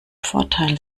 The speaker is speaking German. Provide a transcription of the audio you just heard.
vorteil